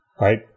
right